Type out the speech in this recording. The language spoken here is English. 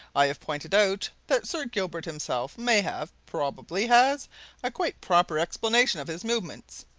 i have pointed out that sir gilbert himself may have probably has a quite proper explanation of his movements.